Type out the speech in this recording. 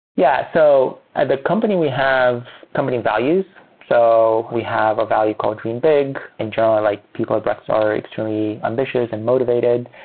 yeah so the company we have, company values. so we have a value called dream big, and generally, like people at brex are extremely ambitious and motivated.